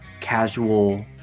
casual